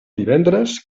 divendres